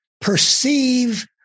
perceive